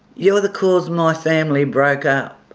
you're the cause my family broke up.